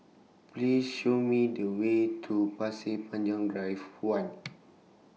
Please Show Me The Way to Pasir Panjang Drive one